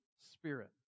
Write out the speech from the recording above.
spirit